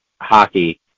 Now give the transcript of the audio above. hockey